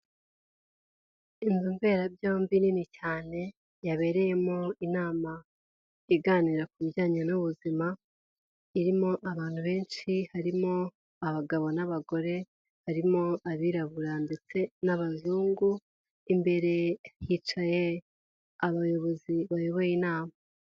Inzo mberabyombi nini cyane yabereyemo inama iganira ku bijyanye n'ubuzima, irimo abantu benshi harimo abagabo n'abagore ,harimo abirabura ndetse n'abazungu, imbere hicaye abayobozi bayoboye inama.